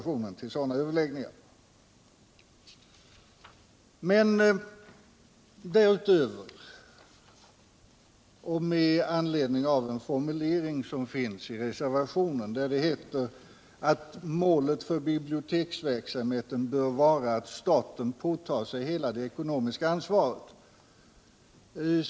I en formulering i reservationen heter det att målet för biblioteksverksamheten bör vara att staten påtar sig hela det ekonomiska ansvaret.